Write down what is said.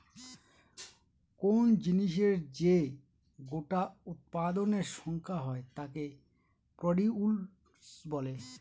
কোন জিনিসের যে গোটা উৎপাদনের সংখ্যা হয় তাকে প্রডিউস বলে